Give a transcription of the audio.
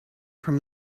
from